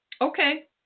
Okay